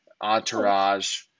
Entourage